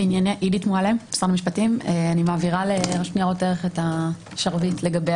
אני מעבירה לרשות ניירות הערך את השרביט לגבי